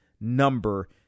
number